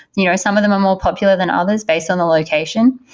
you know some of them are more popular than others based on the location,